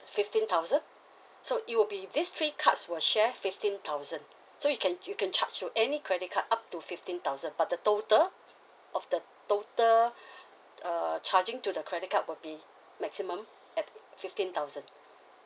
fifteen thousand so it will be these three cards will share fifteen thousand so you can you can charge to any credit card up to fifteen thousand but the total of the total uh charging to the credit card will be maximum at fifteen thousand